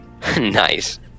Nice